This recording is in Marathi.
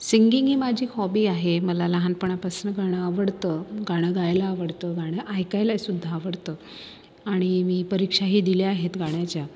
सिंगिग ही माझी हॉबी आहे मला लहानपणापासून गाणं आवडतं गाणं गायला आवडतं गाणं ऐकायला सुद्धा आवडतं आणि मी परीक्षाही दिल्या आहेत गाण्याच्या